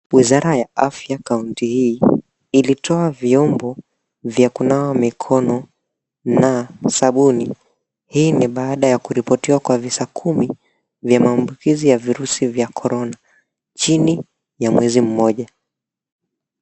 Wizara ya afya kaunti hii ilitoa vyombo vya kunawa mikono na sabuni hii ni baada ya kuripotiwa visa kumi vya maambukizi ya virusi vya corona chini y mwezi mmoja.